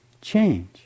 change